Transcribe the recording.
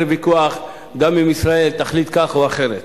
ויכוח גם אם ישראל תחליט כך או אחרת.